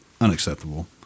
unacceptable